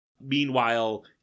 meanwhile